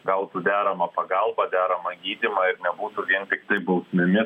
gautų deramą pagalbą deramą gydymą ir nebūtų vien tiktai bausmėmis